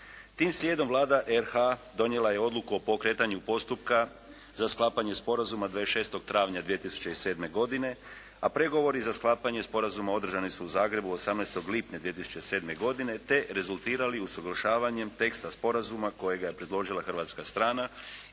Tim slijedom Vlada RH donijela je Odluku o pokretanju postupka za sklapanje sporazuma 26. travnja 2007. godine, a pregovori za sklapanje sporazuma održani su u Zagrebu 18. lipnja 2007. godine, te rezultirali usuglašavanjem teksta sporazuma kojega je predložila hrvatska strana